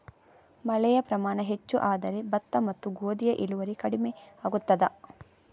ಮಳೆಯ ಪ್ರಮಾಣ ಹೆಚ್ಚು ಆದರೆ ಭತ್ತ ಮತ್ತು ಗೋಧಿಯ ಇಳುವರಿ ಕಡಿಮೆ ಆಗುತ್ತದಾ?